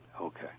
Okay